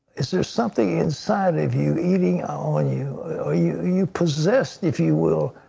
is there something inside of you eating on you or you you possess, if you will,